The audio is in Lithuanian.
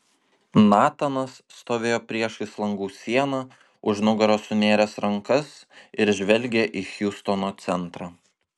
natanas stovėjo priešais langų sieną už nugaros sunėręs rankas ir žvelgė į hjustono centrą